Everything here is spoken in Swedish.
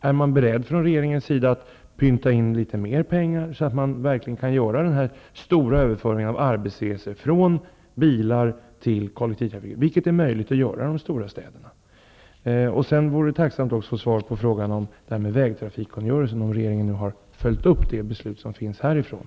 Är regeringen beredd att ''pynta in'' litet mer pengar, så att en stor överföring kan ske av arbetsresorna från bilar till kollektivtrafik, vilket är möjligt att göra i de stora städerna? Jag vore tacksam att även få svar på frågan om vägtrafikkungörelsen, om regeringen har följt upp det beslut som riksdagen har fattat.